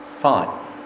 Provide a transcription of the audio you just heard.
fine